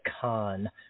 Con